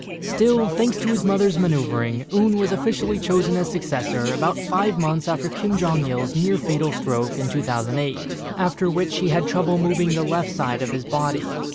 still, thanks to his mother's maneuvering, un was officially chosen as successor about five months after kim jong-il's near-fatal stroke in two thousand and eight, after which he had trouble moving the left side of his body.